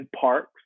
parks